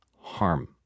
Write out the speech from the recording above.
harm